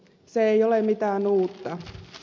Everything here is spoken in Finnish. se ei ole mitään uutta